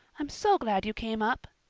i'm so glad you came up,